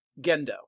Gendo